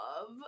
love